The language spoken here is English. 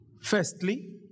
Firstly